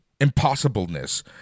impossibleness